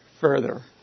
further